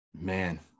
Man